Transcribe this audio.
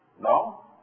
No